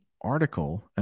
article